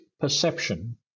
perception